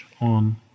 on